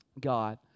God